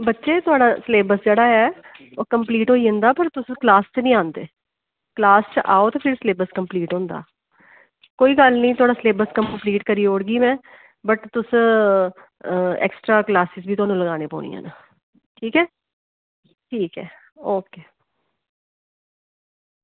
बच्चे थुआढ़ा सेलेब्स जेह्ड़ा ऐ ओह् कंप्लीट होई जंदा पर तुस क्लॉस च निं आंदे ओ क्लास च आओ ते भी सेलेब्स कंप्लीट होंदा ऐ कोई गल्ल निं थोह्ड़ा कंप्लीट करी ओड़गी में वट् तुस एक्स्ट्रा क्लॉस बी लगानी पौंदी ठीक ऐ ठीक ऐ ओके